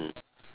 mmhmm